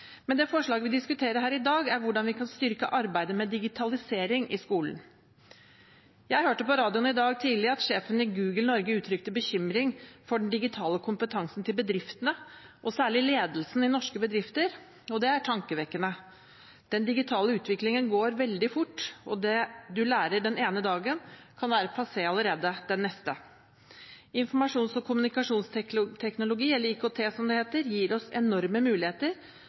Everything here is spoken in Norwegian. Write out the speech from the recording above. Men det forslaget vi diskuterer her i dag, er hvordan vi kan styrke arbeidet med digitalisering i skolen. Jeg hørte på radioen i dag tidlig at sjefen i Google Norge uttrykte bekymring for den digitale kompetansen til bedriftene, og særlig ledelsen i norske bedrifter – og det er tankevekkende. Den digitale utviklingen går veldig fort, og det man lærer den ene dagen, kan være passé allerede den neste. Informasjons- og kommunikasjonsteknologi – eller IKT, som det heter – gir oss enorme muligheter,